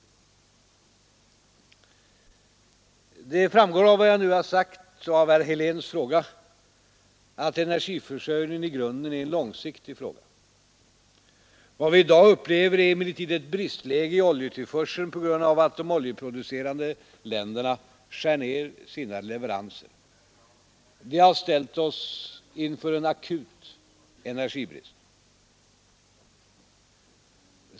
Det framgår av vad jag nu har sagt och av herr Heléns fråga att energiförsörjningen i grunden är en långsiktig fråga. Vad vi i dag upplever är emellertid ett bristläge i oljetillförseln på grund av att de oljeproducerande länderna skär ner sina leveranser. Det har ställt oss inför en akut energibrist.